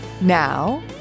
Now